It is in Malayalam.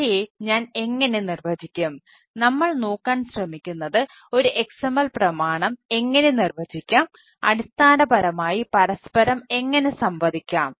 ഭാഷയെ ഞാൻ എങ്ങനെ നിർവചിക്കും നമ്മൾ നോക്കാൻ ശ്രമിക്കുന്നത് ഒരു XML പ്രമാണം എങ്ങനെ നിർവചിക്കാം അടിസ്ഥാനപരമായി പരസ്പരം എങ്ങനെ സംവദിക്കാം